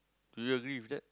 do you agree with that